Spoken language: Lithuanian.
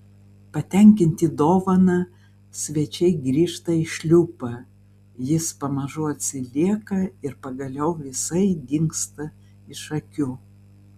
patenkinti dovana svečiai grįžta į šliupą jis pamažu atsilieka ir pagaliau visai dingsta iš akių